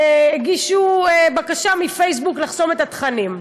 הגישו בקשה לפייסבוק לחסום את התכנים.